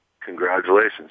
congratulations